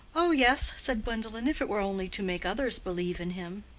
oh, yes, said gwendolen, if it were only to make others believe in him.